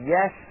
Yes